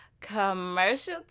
commercial